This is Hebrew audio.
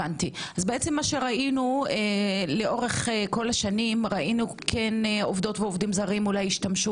מה שראינו לאורך כל השנים עובדות ועובדים זרים השתמשו